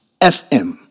FM